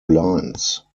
lines